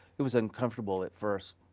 it was uncomfortable at first,